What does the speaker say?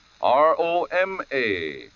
R-O-M-A